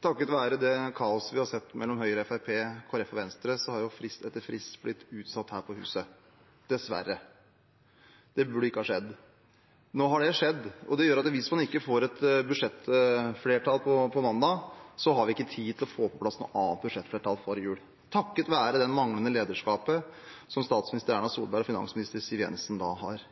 Takket være det kaoset vi har sett mellom Høyre, Fremskrittspartiet, Kristelig Folkeparti og Venstre, har frist etter frist blitt utsatt her på huset – dessverre. Det burde ikke ha skjedd. Nå har det skjedd, og det gjør at hvis man ikke får et budsjettflertall på mandag, har vi ikke tid til å få på plass et annet budsjettflertall før jul. Takket være det manglende lederskapet som statsminister Erna Solberg og finansminister Siv Jensen da har